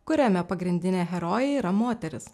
kuriame pagrindinė herojė yra moteris